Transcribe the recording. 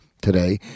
today